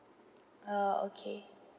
ah okay